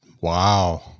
wow